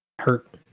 hurt